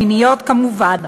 מיניות כמובן,